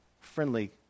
friendly